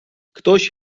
ktoś